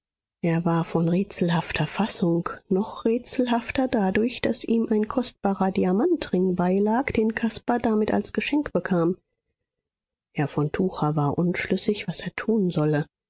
er war von rätselhafter fassung noch rätselhafter dadurch daß ihm ein kostbarer diamantring beilag den caspar damit als geschenk bekam herr von tucher war unschlüssig was er tun solle